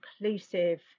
inclusive